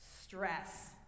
Stress